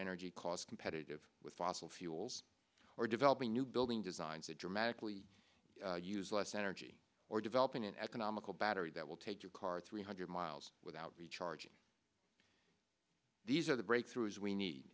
energy cost competitive with fossil fuels or developing new building designs that dramatically use less energy or developing an economical battery that will take your car three hundred miles without recharging these are the breakthroughs we need